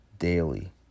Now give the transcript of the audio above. daily